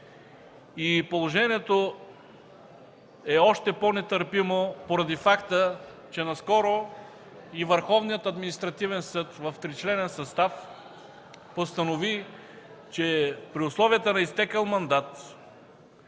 и положението е още по-нетърпимо поради факта, че наскоро и Върховният административен съд в тричленен състав постанови, че при условията на изтекъл мандат